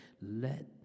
Let